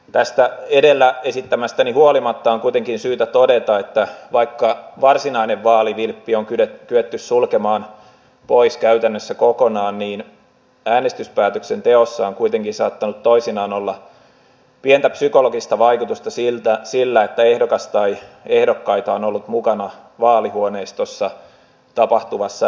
tästä edellä esittämästäni huolimatta on kuitenkin syytä todeta että vaikka varsinainen vaalivilppi on kyetty sulkemaan pois käytännössä kokonaan niin äänestyspäätöksen teossa on kuitenkin saattanut toisinaan olla pientä psykologista vaikutusta sillä että ehdokas tai ehdokkaita on ollut mukana vaalihuoneistossa tapahtuvassa äänestystilanteessa